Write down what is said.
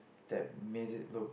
that made it look